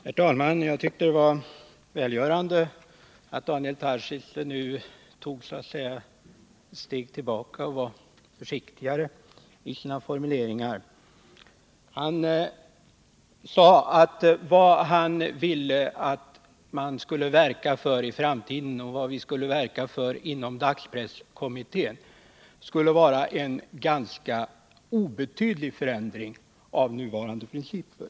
Herr talman! Jag tycker det var välgörande att Daniel Tarschys nu tog ett steg tillbaka och var försiktigare i sina formuleringar. Han sade att det han ville att vi inom dagspresskommittén skulle verka för i framtiden skulle innebära en ganska obetydlig förändring av nuvarande principer.